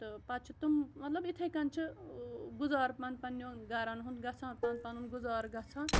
تہٕ پَتہٕ چھِ تم مطلب اِتھَے کٔن چھِ گُزارپَن پنٛنیو گَرَن ہُنٛد گژھان پَنُن گُزار گژھان